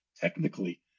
technically